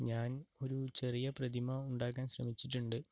ഞാൻ ഒരു ചെറിയ പ്രതിമ ഉണ്ടാക്കാൻ ശ്രമിച്ചിട്ടുണ്ട്